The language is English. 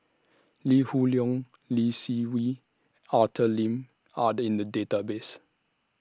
Lee Hoon Leong Lee Seng Wee Arthur Lim Are in The Database